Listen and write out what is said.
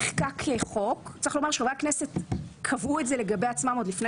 נחקק חוק צריך לומר שחברי הכנסת קבעו את זה לגבי עצמם עוד לפני